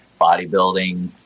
bodybuilding